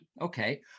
Okay